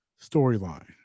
storyline